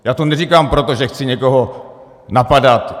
Já to neříkám proto, že chci někoho napadat.